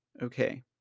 Okay